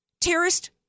terrorist